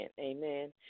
Amen